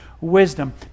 wisdom